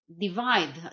divide